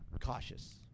Cautious